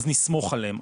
אז נסמוך עליהם.